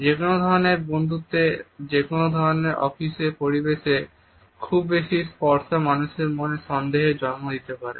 যে কোনো ধরনের বন্ধুত্বে বা যেকোনো ধরনের অফিসের পরিবেশে খুব বেশি স্পর্শ মানুষের মনে কিছু সন্দেহের জন্ম দিতে পারে